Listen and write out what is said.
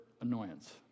annoyance